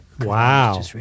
Wow